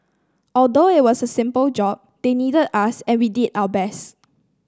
although it was a simple job they needed us and we did our best